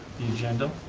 the agenda,